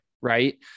Right